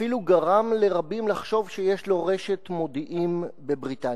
אפילו גרם לרבים לחשוב שיש לו רשת מודיעין בבריטניה.